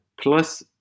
plus